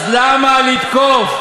אז למה לתקוף,